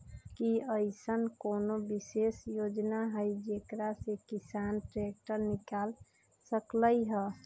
कि अईसन कोनो विशेष योजना हई जेकरा से किसान ट्रैक्टर निकाल सकलई ह?